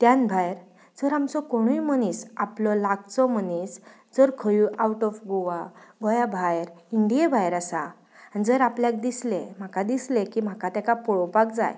त्यान भायर जर आमचो कोणूय मनीस आपलो लागचो मनीस जर खंयूय आवट ऑफ गोवा गोंयां भायर इंडिये भायर आसा आनी जर आपल्याक दिसलें म्हाका दिसलें की म्हाका तेका पळोवपाक जाय